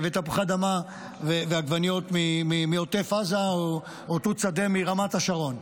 תפוחי אדמה ועגבניות מעוטף עזה או תות שדה מרמת השרון.